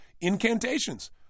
Incantations